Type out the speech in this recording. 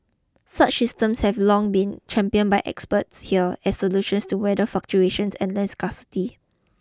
such systems have long been championed by experts here as solutions to weather fluctuations and land scarcity